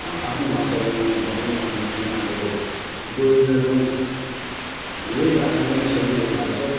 आफ्नो भाषाको म भनौँ भनेदेखिलाई अब बोल्दिन पनि यही भाषा नै सजिलो लाग्छ